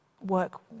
work